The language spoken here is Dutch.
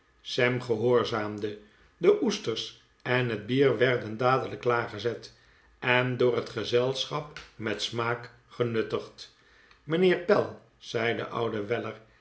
sam gehoorzaamde de oesters en het bier werden dadelijk klaargezet en door het gezelschap met smaak genuttigd mijnheer pell zei de oude weller